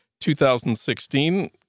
2016